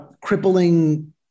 crippling